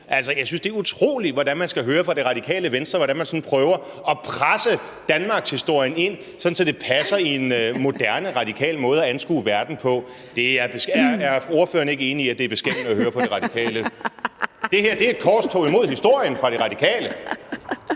jeg synes, det er utroligt, hvordan man skal høre fra Det Radikale Venstre, at de sådan prøver at presse danmarkshistorien ind i en form, sådan at den passer ind i en moderne radikal måde at anskue verden på. Er ordføreren ikke enig i, at det er beskæmmende at høre på De Radikale? Det her er et korstog imod historien fra De Radikales